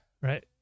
right